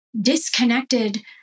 disconnected